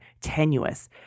tenuous